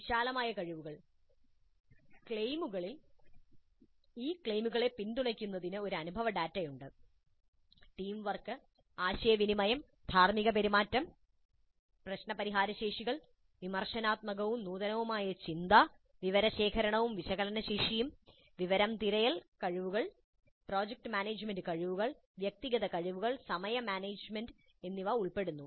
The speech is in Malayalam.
വിശാലമായ കഴിവുകൾ ക്ലെയിമുകളിൽ ഈ ക്ലെയിമുകളെ പിന്തുണയ്ക്കുന്നതിന് ഒരു അനുഭവ ഡാറ്റയുണ്ട് ടീം വർക്ക് ആശയവിനിമയം ധാർമ്മികപെരുമാറ്റം പ്രശ്നപരിഹാര ശേഷികൾ വിമർശനാത്മകവും നൂതനവുമായ ചിന്ത വിവരശേഖരണവും വിശകലനശേഷിയും വിവരം തിരയൽ കഴിവുകൾ പ്രോജക്ട് മാനേജുമെന്റ് കഴിവുകൾ വ്യക്തിഗത കഴിവുകൾ സമയമാനേജ്മെന്റ് എന്നിവ ഉൾപ്പെടുന്നു